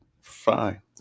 fine